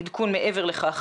עדכון מעבר לכך.